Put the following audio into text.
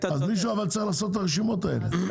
מישהו צריך לעשות את הרשימות האלה,